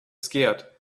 scared